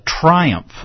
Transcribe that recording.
triumph